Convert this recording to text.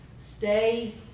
stay